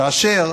כאשר